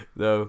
no